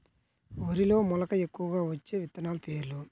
వరిలో మెలక ఎక్కువగా వచ్చే విత్తనాలు పేర్లు?